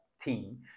team